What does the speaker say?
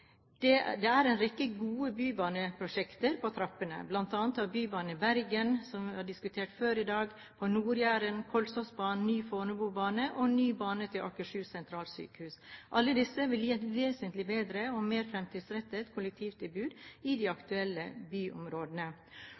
bybaner. Det er en rekke gode bybaneprosjekter på trappene. Blant annet har vi Bybanen i Bergen – som vi har diskutert før i dag – bane på Nord-Jæren, Kolsåsbanen, Fornebubanen, og bane til Akershus universitetssykehus. Alle disse vil gi et vesentlig bedre og mer fremtidsrettet kollektivtilbud i de aktuelle byområdene.